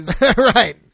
right